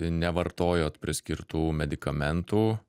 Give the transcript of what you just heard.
nevartojot priskirtų medikamentų